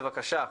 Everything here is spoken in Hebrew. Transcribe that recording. בבקשה.